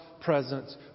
presence